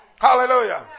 Hallelujah